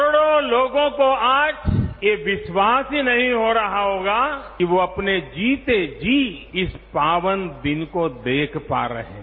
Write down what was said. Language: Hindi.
करोड़ों लोगों को आज ये विश्वास ही नहीं हो रहा होगा कि वो अपने जीते जी इस पावन दिन को देख पा रहे हैं